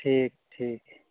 ᱴᱷᱤᱠ ᱴᱷᱤᱠ